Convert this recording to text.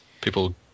People